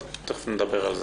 אבל תיכף נדבר על זה.